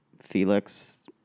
Felix